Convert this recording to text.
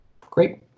Great